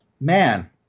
man